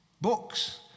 Books